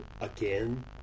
again